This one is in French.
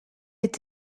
est